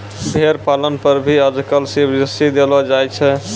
भेड़ पालन पर भी आजकल सब्सीडी देलो जाय छै